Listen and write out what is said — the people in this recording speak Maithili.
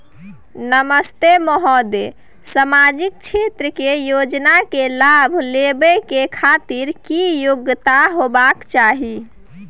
नमस्ते महोदय, सामाजिक क्षेत्र के योजना के लाभ लेबै के खातिर की योग्यता होबाक चाही?